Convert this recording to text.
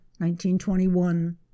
1921